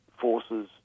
forces